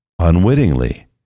unwittingly